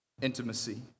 Intimacy